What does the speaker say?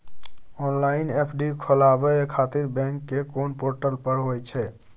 Online FD खोलाबय खातिर bank के कोन पोर्टल पर होए छै?